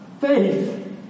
faith